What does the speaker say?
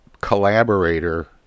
collaborator